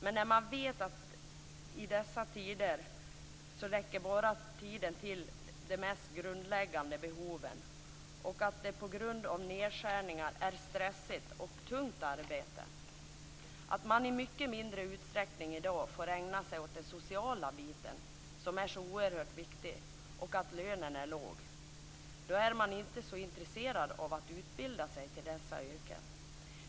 Men när de vet att tiden bara räcker till de mest grundläggande behoven, att det på grund av nedskärningar är ett stressigt och tungt arbete, att man i dag i mycket mindre utsträckning får ägna sig åt den sociala biten, som är så oerhört viktig, och att lönen är låg är man inte så intresserad av att utbilda sig till dessa yrken.